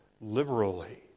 liberally